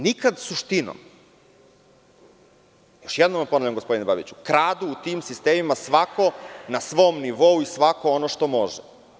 Nikada suštinom Još jednom vam ponavljam gospodine Babiću – kradu u tim sistemima svako na svom nivou i svako ono što može.